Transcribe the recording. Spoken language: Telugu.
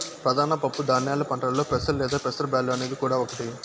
ప్రధాన పప్పు ధాన్యాల పంటలలో పెసలు లేదా పెసర బ్యాల్లు అనేది కూడా ఒకటి